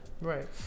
Right